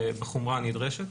בחומרה הנדרשת,